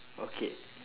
okay